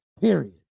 period